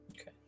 okay